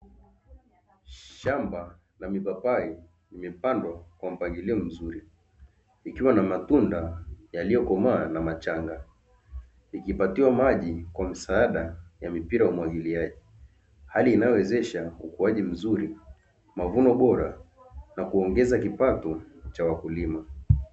Shamba la mipapai limepandwa kwa mpangilio mzuri likiwa na matunda yaliyokomaa na machanga ikipatiwa maji kwa msaada ya mipira ya umwagiliaji, hali inayowezesha ukuaji mzuri, mavuno bora na kuongeza kipato cha wakulima.